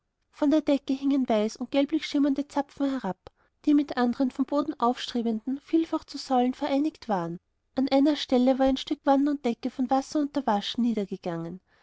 von der decke hingen weiß und gelblichschimmernde zapfen herab die mit anderen vom boden aufstrebenden vielfach zu säulen vereinigt waren an einer stelle war ein stück wand und decke vom wasser unterwaschen